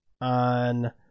on